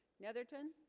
netherton